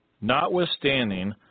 Notwithstanding